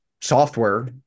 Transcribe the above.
software